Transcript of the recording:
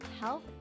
health